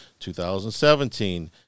2017